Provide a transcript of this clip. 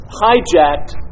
hijacked